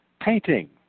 painting